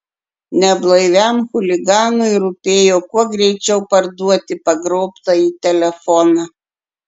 neblaiviam chuliganui rūpėjo kuo greičiau parduoti pagrobtąjį telefoną